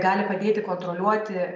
gali padėti kontroliuoti